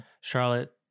Charlotte